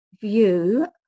view